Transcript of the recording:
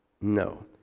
No